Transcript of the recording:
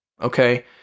okay